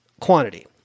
quantity